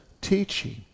teaching